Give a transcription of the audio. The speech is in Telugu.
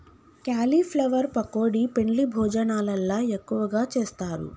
క్యాలీఫ్లవర్ పకోడీ పెండ్లి భోజనాలల్ల ఎక్కువగా చేస్తారు